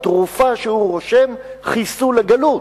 התרופה שהוא רושם: חיסול הגלות,